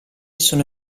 sono